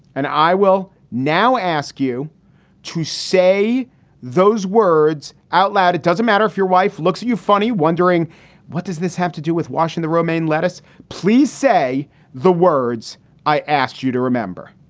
and i will now ask you to say those words out loud. it doesn't matter if your wife looks at you funny, wondering what does this have to do with washing the romaine lettuce? please say the words i asked you to remember.